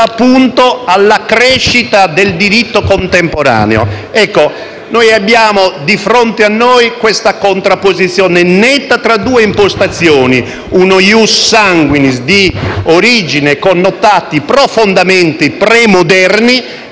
appunto, alla crescita del diritto contemporaneo. Noi abbiamo, di fronte a noi, questa contrapposizione netta tra due impostazioni: uno *ius sanguinis* di origine e connotati profondamente premoderni